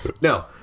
No